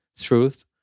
truth